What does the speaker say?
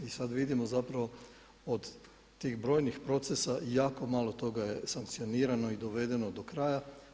I sada vidimo zapravo od tih brojnih procesa jako malo toga je sankcionirano i dovedeno do kraja.